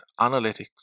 analytics